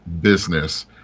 business